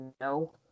No